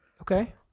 Okay